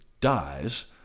dies